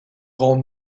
grand